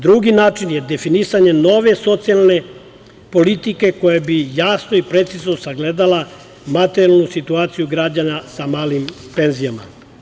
Drugi način je definisanje nove socijalne politike koja bi jasno i precizno sagledala materijalnu situaciju građana sa malim penzijama.